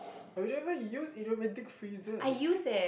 but then why you use idiomatic phrases